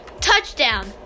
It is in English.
touchdown